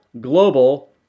global